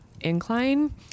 incline